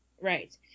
Right